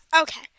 Okay